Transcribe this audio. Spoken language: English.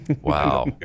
Wow